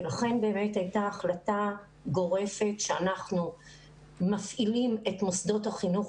לכן הייתה החלטה גורפת שאנחנו מפעילים את מוסדות החינוך